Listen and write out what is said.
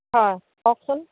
হয় কওকচোন